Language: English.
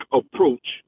approach